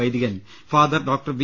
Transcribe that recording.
വൈദികൻ father doctor V